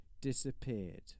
disappeared